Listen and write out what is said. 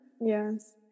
Yes